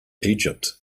egypt